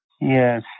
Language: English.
yes